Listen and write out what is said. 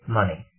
money